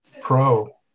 pro